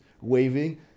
waving